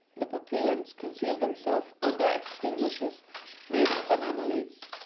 the papuans conceal themselves under ex tinguishers made of banana leaves.